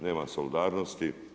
Nema solidarnosti.